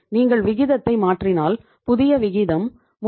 நீங்கள் விகிதத்தை மாற்றினால் புதிய விகிதம் 34